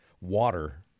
water